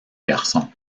garçon